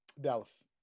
Dallas